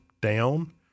down